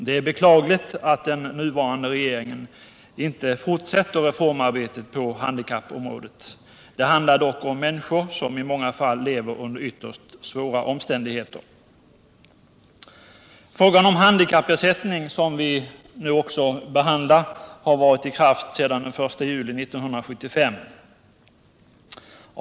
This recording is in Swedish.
Det är beklagligt att den nuvarande regeringen inte fortsätter reformarbetet på handikappområdet. Det handlar dock om människor som i många fall lever under ytterst svåra omständigheter. Reglerna för handikappersättning, som vi nu också behandlar, har varit i kraft sedan den 1 juli 1975.